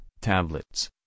tablets